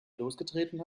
losgetreten